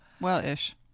Well-ish